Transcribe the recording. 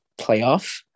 playoff